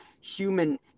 human